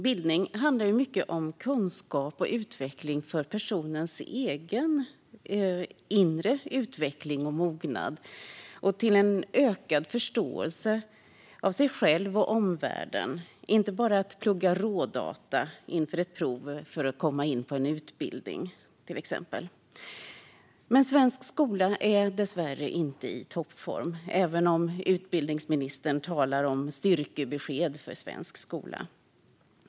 Bildning handlar mycket om kunskap för personens egen inre utveckling och mognad och leder till att man får en ökad förståelse för sig själv och omvärlden. Det handlar inte bara om att plugga rådata till exempel inför ett prov eller för att komma in på en utbildning. Svensk skola är dessvärre inte i toppform, även om utbildningsministern talar om styrkebesked för svensk skola.